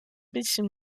bisschen